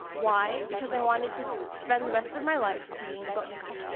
why? because i wanted to spend the rest of my life reading books.